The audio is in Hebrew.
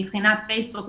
מבחינת פייסבוק,